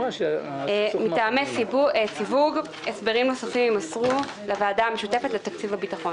מטעמי סיווג הסברים נוספים יימסרו לוועדה המשותפת לתקציב הביטחון.